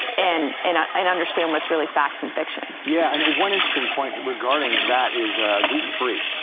and and um and understand what's really fact from fiction. yeah, and one interesting point regarding that is gluten free.